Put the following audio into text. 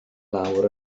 lawr